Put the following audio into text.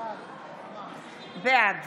בעד